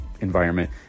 environment